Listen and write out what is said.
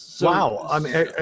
Wow